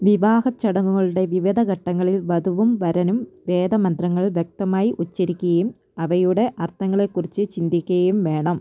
വിവാഹച്ചടങ്ങുകളുടെ വിവിധഘട്ടങ്ങളിൽ വധുവും വരനും വേദമന്ത്രങ്ങൾ വ്യക്തമായി ഉച്ചരിക്കുകയും അവയുടെ അർത്ഥങ്ങളെക്കുറിച്ച് ചിന്തിക്കുകയും വേണം